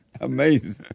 Amazing